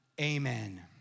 amen